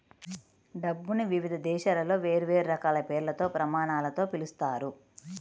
డబ్బుని వివిధ దేశాలలో వేర్వేరు రకాల పేర్లతో, ప్రమాణాలతో పిలుస్తారు